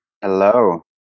Hello